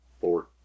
Four